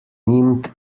nimmt